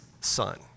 son